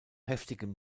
heftigem